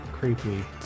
creepy